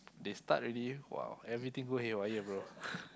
they start already !wow! everything go haywire bro